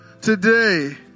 today